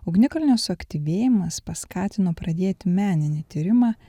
ugnikalnio suaktyvėjimas paskatino pradėti meninį tyrimą